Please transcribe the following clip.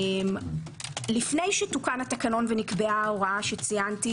לפני שתוקן התקנון ונקבעה ההוראה שציינתי